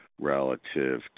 relative